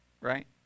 right